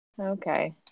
okay